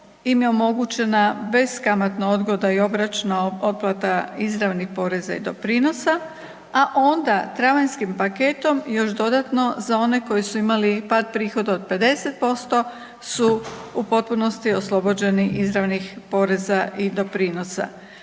im je omogućena beskamatna odgoda i obročna otplata izravnih poreza i doprinosa, a onda travanjskim paketom još dodatno za one koji su imali pad prihoda od 50% su u potpunosti oslobođeni izravnih poreza i doprinosa.